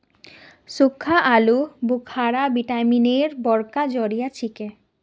सुक्खा आलू बुखारा विटामिन एर बड़का जरिया छिके